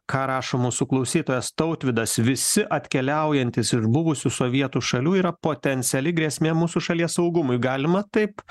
ką rašo mūsų klausytojas tautvydas visi atkeliaujantys iš buvusių sovietų šalių yra potenciali grėsmė mūsų šalies saugumui galima taip